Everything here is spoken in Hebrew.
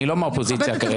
אני לא מהאופוזיציה כרגע.